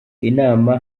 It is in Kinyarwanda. inama